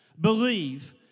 believe